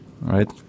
right